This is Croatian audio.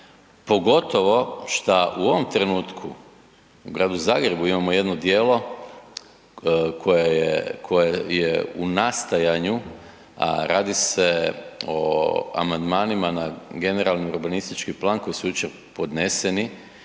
pogotovo šta u ovom trenutku u gradu Zagrebu imamo jedno djelo koje je u nastajanju, a radi se o amandmanima na GUP koji su jučer podneseni